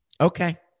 Okay